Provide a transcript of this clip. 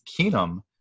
Keenum